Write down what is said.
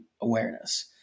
awareness